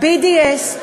ה-BDS,